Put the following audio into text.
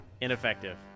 ineffective